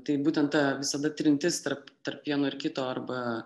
tai būtent ta visada trintis tarp tarp vieno ir kito arba